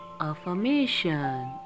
Affirmation